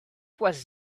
was